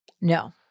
No